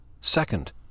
Second